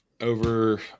over